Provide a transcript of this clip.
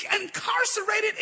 incarcerated